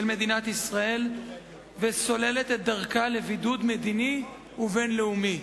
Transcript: מדינת ישראל וסוללת את דרכה לבידוד מדיני ובין-לאומי.